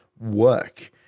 work